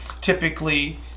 typically